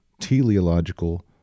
teleological